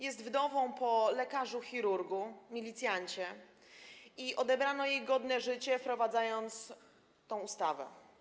Jest ona wdową po lekarzu chirurgu, milicjancie i odebrano jej godne życie, wprowadzając tę ustawę.